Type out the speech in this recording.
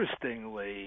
interestingly